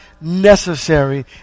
necessary